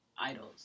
idols